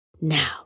Now